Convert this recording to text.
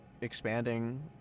expanding